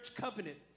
covenant